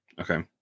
Okay